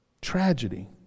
Tragedy